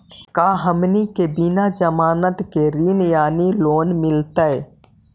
का हमनी के बिना जमानत के ऋण यानी लोन मिलतई?